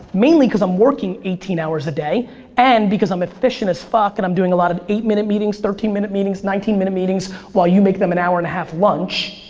mainly cause i'm working eighteen hours a day and because i'm efficient as fuck and i'm doing a lot of eight-minute meetings, thirteen minute meetings, nineteen minute meetings while you make them an hour and a half lunch